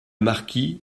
marquis